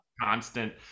constant